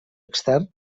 extern